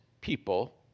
people